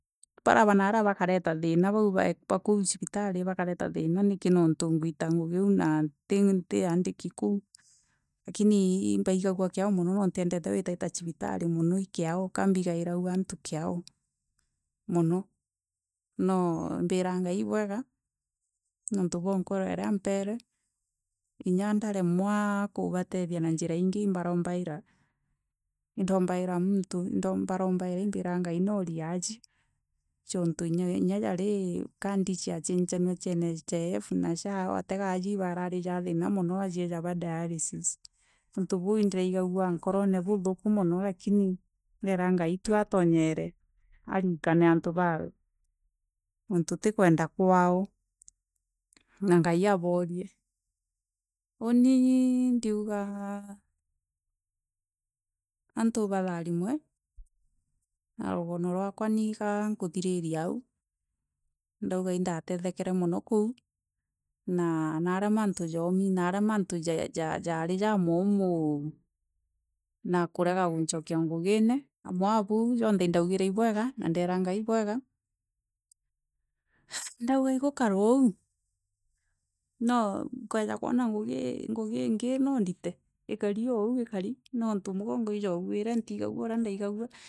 Baria ba naaria bakareta thiina baa ba kou bakareta thiina niuntu nkurita ngugi iu na ntiandiki kuo lakini imbigagua kiao mono na ntiendete gwita cibitari niuntu bwa kiao nkabigairua antu kiao mono no mbiraga ngei ibwega niuntu bwa nkoro iria ampere inya ndaremwa gubatothia na jeira ingi imbarumbaira indombaira muntu indombaga nkaera ngai naorie aajie tuntu kinya oo rii kadi cia cinchanua cha NHIF na SHIF watega ajie ibarijaga thiina mono atega aajie ja ba dialisis niuntu baa ibaigagua nkorono buthuku mono lakini imbira ngaitu atoonyera arikane antu baawe niuntu ti kwenda kwao na ngai aboorie uuni ndiugu antu batharimwe na rugano rwaka ni nkakuthiriria au ndauga indatethe kere mono kou na naria mantu joomi naria mantu jari jamaumu na kureya guncookia ngugine amwe a bau janthe indeerira ngai ibwega ndauga igukare ou no keya koona ngugi ingi no ndite ikari o ou ikari niuntu mugongo ijwabwire ntigagua uria ndaigagua.